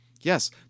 Yes